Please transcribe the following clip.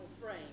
Frame